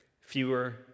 Fewer